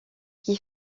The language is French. qui